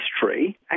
history